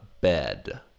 bed